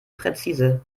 präzise